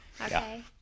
okay